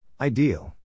Ideal